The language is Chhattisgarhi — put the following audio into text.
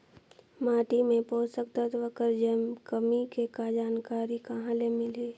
माटी मे पोषक तत्व कर कमी के जानकारी कहां ले मिलही?